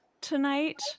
tonight